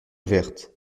ouverte